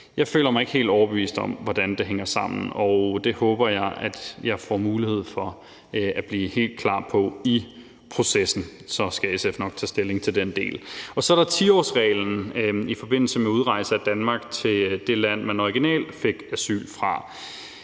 Jeg føler mig ikke helt overbevist om, hvordan det hænger sammen, og det håber jeg jeg får mulighed for at blive helt klar over i processen, og så skal SF nok tage stilling til den del. Så er der 10-årsreglen i forbindelse med udrejse af Danmark til det land, man originalt fik asyl i.